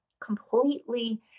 completely